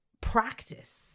practice